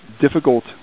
difficult